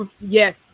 yes